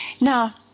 Now